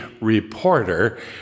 reporter